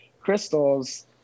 crystals